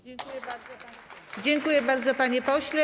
Dziękuję bardzo, panie pośle.